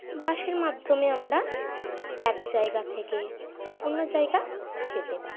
বাসের মাধ্যমে অমরা এক জায়গা থেকে অন্য জায়গা যেতে পারি